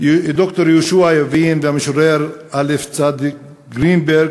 ד"ר יהושע ייבין והמשורר א"צ גרינברג,